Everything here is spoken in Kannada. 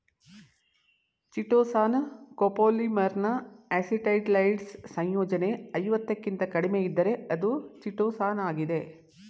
ಚಿಟೋಸಾನ್ ಕೋಪೋಲಿಮರ್ನ ಅಸಿಟೈಲೈಸ್ಡ್ ಸಂಯೋಜನೆ ಐವತ್ತಕ್ಕಿಂತ ಕಡಿಮೆಯಿದ್ದರೆ ಅದು ಚಿಟೋಸಾನಾಗಿದೆ